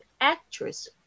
actress